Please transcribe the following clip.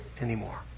anymore